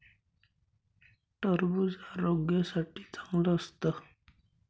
टरबूज आरोग्यासाठी चांगलं असतं